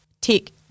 tick